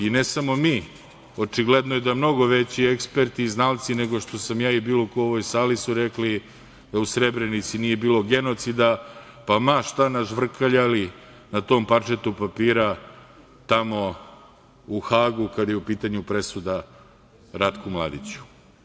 I ne samo mi, očigledno je da mnogo veći eksperti i znalci nego što sam ja i bilo ko u ovoj sali su rekli da u Srebrenici nije bilo genocida, pa ma šta nažvrkljali na tom parčetu papira tamo u Hagu kada je u pitanju presuda Ratku Mladiću.